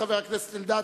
קבוצת חד"ש,